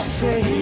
say